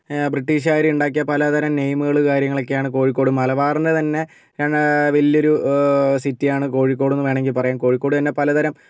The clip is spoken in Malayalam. ബ്രിട്ടീഷുകാർ ഉണ്ടാക്കിയ പലതരം നെയിമുകൾ കാര്യങ്ങളൊക്കെയാണ് കോഴിക്കോട് മലബാറിൻ്റെ തന്നെ വലിയൊരു സിറ്റിയാണ് കോഴിക്കോടെന്നു വേണമെങ്കിൽ പറയാം കോഴിക്കോട് തന്നെ പലതരം